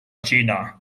china